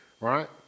right